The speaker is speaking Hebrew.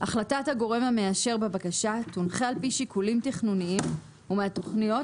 "(ג)החלטת הגורם המאשר בבקשה תונחה על פי שיקולים תכנוניים ומהתוכניות